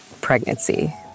pregnancy